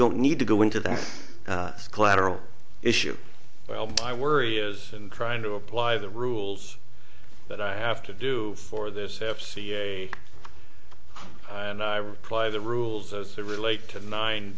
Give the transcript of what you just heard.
don't need to go into that collateral issue well my worry is and trying to apply the rules that i have to do for this f c a and i reply the rules as they relate to mine